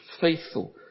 faithful